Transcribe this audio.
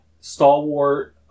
stalwart